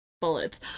bullets